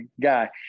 guy